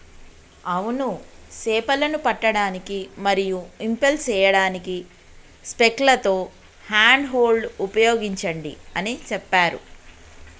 అవును సేపలను పట్టడానికి మరియు ఇంపెల్ సేయడానికి స్పైక్లతో హ్యాండ్ హోల్డ్ ఉపయోగించండి అని సెప్పారు